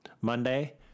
Monday